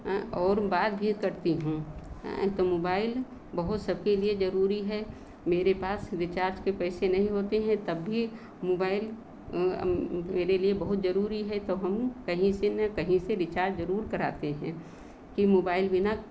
और बात भी करती हूँ एक तो मोबाइल बहुत सबके लिए ज़रूरी है मेरे पास रिचार्ज़ के पैसे नहीं होते हैं तब भी मोबाइल मेरे लिए बहुत ज़रूरी है तो हम कहीं से ना कहीं से रिचार्ज़ ज़रूर कराते हैं कि मोबाइल बिना